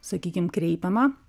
sakykim kreipiama